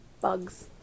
Bugs